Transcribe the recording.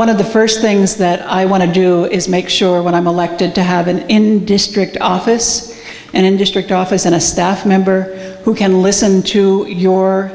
one of the st things that i want to do is make sure when i'm elected to have an indistinct office and in district office and a staff member who can listen to your